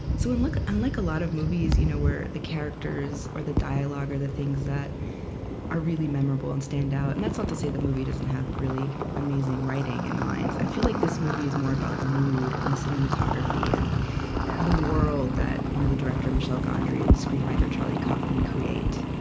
so, unlike unlike a lot of movies you know where the character or the dialogue are the things that are really memorable and stand out and ah to say the movie doesn't have really amazing writing and lines i feel like this movie is more about the mood and the cinematography and the world that you know the director, michel gondry, and the screenwriter, charlie kaufman, create